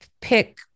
pick